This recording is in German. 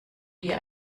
dir